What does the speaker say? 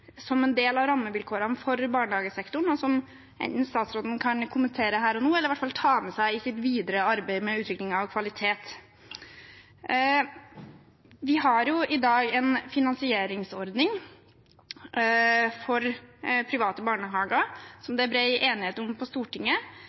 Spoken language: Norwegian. som en del av rammevilkårene for barnehagesektoren, og som statsråden enten kan kommentere her og nå, eller i hvert fall ta med seg i sitt videre arbeid med utviklingen av kvalitet. Vi har i dag en finansieringsordning for private barnehager som det er bred enighet om på Stortinget,